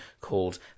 called